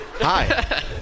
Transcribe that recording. Hi